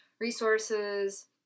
resources